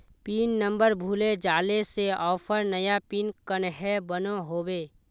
Pin number भूले जाले से ऑफर नया पिन कन्हे बनो होबे?